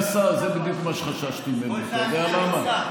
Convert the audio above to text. תודה רבה.